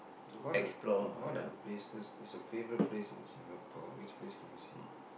so what are the what are the places is your favourite place in Singapore which place can you see